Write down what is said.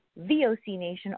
VOCNATION